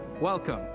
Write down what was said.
welcome